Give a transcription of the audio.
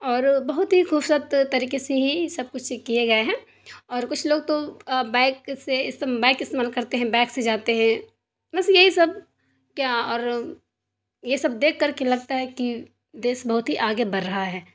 اور بہت ہی خوبصورت طریقے سے ہی سب کچھ کیا گیا ہے اور کچھ لوگ تو بائک سے بائک استعمال کرتے ہیں بائک سے جاتے ہیں بس یہی سب کیا اور یہ سب دیکھ کر کے لگتا ہے کہ دیس بہت ہی آگے بڑھ رہا ہے